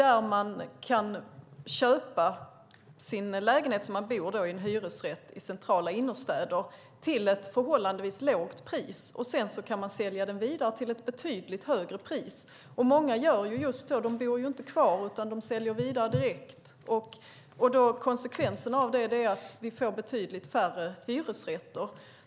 Om man bor i en hyresrätt i centrala innerstäder kan man köpa sin lägenhet till ett förhållandevis lågt pris, och sedan kan man sälja den vidare till ett betydligt högre pris. Många gör just så. De bor inte kvar, utan de säljer vidare direkt. Konsekvenserna av det är att vi får betydligt färre hyresrätter.